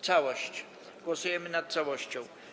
Całość, głosujemy nad całością.